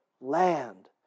land